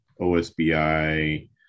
OSBI